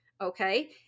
okay